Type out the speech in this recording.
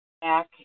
back